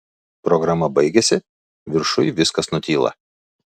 programa baigiasi viršuj viskas nutyla